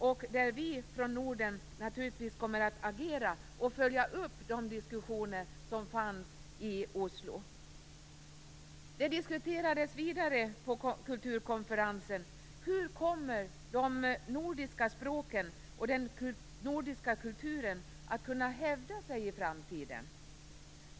Där kommer vi från Norden naturligtvis att agera och följa upp de diskussioner som fördes i Oslo. På kulturkonferensen diskuterades också frågan: Hur kommer de nordiska språken och den nordiska kulturen att kunna hävda sig i framtiden?